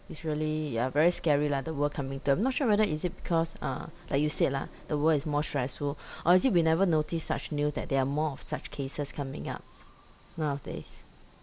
it's really ya very scary leh the world coming to I'm not sure whether is it because uh like you said lah the world is more stressful or is it we never notice such news that there are more of such cases coming up nowadays